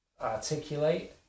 articulate